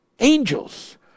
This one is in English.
angels